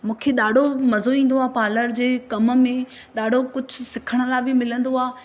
मूंखे ॾाढो मज़ो ईंदो आहे पार्लर जे कमु में ॾाढो कुझु सिखण लाइ बि मिलंदो आहे